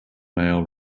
mail